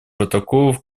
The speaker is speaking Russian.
протоколов